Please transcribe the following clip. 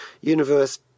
universe